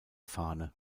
fahne